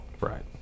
Right